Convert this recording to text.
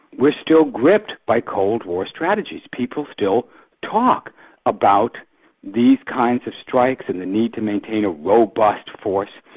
we're still gripped by cold war strategies, people still talk about the kinds of strikes and the need to maintain a robust force.